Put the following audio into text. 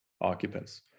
occupants